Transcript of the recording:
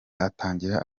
atangira